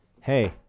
Hey